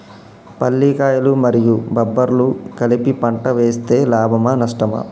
పల్లికాయలు మరియు బబ్బర్లు కలిపి పంట వేస్తే లాభమా? నష్టమా?